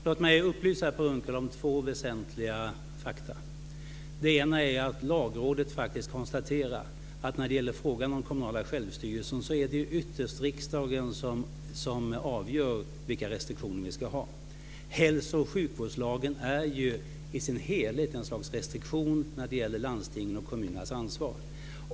Fru talman! Låt mig upplysa Per Unckel om två väsentliga fakta. Det ena är att Lagrådet konstaterar att i fråga om det kommunala självstyret är det ytterst riksdagen som avgör vilka restriktioner vi ska ha. Hälso och sjukvårdslagen är i sin helhet ett slags restriktion för landstingens och kommunernas ansvar.